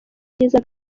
cyiza